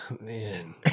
man